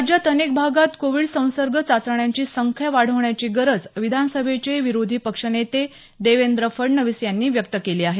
राज्यात अनेक भागात कोविड संसर्ग चाचण्यांची संख्या वाढवण्याची गरज विधानसभेचे विरोधी पक्षनेते देवेंद्र फडणवीस यांनी व्यक्त केली आहे